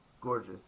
Gorgeous